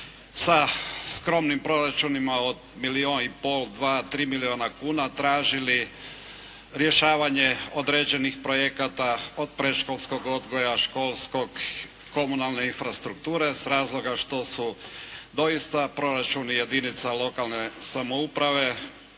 sa skromnim proračunima od milijun i pol, dva, tri milijuna kuna tražili rješavanje određenih projekata od predškolskog odgoja, školskog, komunalne infrastrukture iz razloga što su doista proračuni jedinica lokalne samouprave